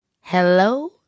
Hello